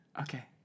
Okay